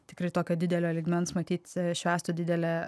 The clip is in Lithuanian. tikrai tokio didelio lygmens matyt švęstų didelę